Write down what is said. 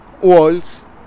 walls